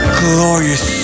glorious